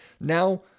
Now